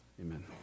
Amen